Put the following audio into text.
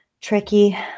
tricky